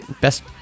best